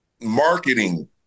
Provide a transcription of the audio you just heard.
marketing